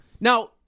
Now